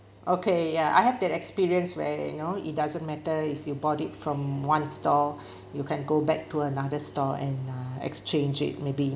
okay ya I have that experience where you know it doesn't matter if you bought it from one store you can go back to another store and uh exchange it maybe